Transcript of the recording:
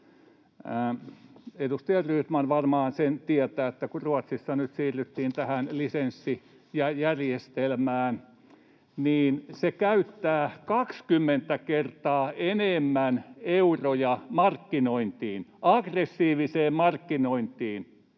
Edustaja Rydman varmaan tietää sen, että kun Ruotsissa nyt siirryttiin tähän lisenssijärjestelmään, niin nämä lisenssiyhtiöt käyttävät 20 kertaa enemmän euroja markkinointiin, aggressiiviseen markkinointiin,